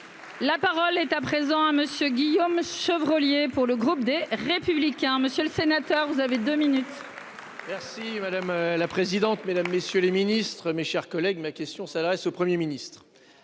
La parole est à présent à monsieur Guillaume Chevrollier pour le groupe des Républicains. Monsieur le sénateur, vous avez 2 minutes.-- Merci madame la présidente, mesdames, messieurs les ministres, mes chers collègues, ma question s'adresse au 1er ministre.